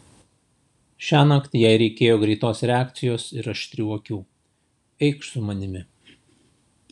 šiąnakt jai reikėjo greitos reakcijos ir aštrių akių eikš su manimi